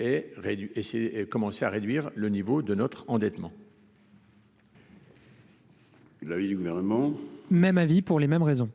et réduit et c'est commencer à réduire le niveau de notre endettement. L'avis du gouvernement. Même avis pour les mêmes raisons.